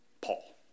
Paul